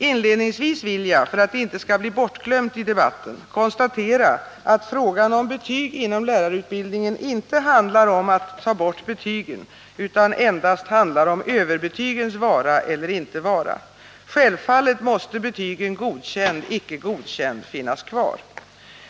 Inledningsvis vill jag, för att det inte skall bli bortglömt i debatten, konstatera att frågan om betyg inom lärarutbildningen inte handlar om att ta bort betygen utan endast handlar om överbetygens vara eller inte vara. Självfallet måste betygen godkänd och icke godkänd finnas kvar.